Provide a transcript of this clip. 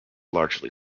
largely